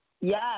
Yes